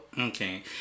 okay